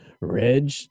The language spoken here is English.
Reg